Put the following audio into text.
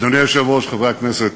נא לשבת, חברי הכנסת,